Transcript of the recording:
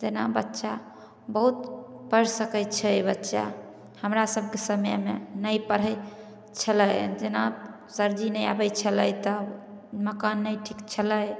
तेना बच्चा बहुत पढ़ि सकय छै बच्चा हमरा सबके समयमे नहि पढ़य छलय जेना सरजी नहि आबय छलै तऽ मकान नहि ठीक छलै